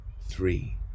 three